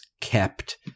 kept